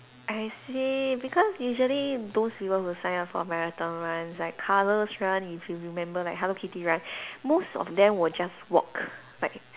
I see because usually those people who sign up for marathon runs like colours run if you remember like Hello Kitty run most of them will just walk like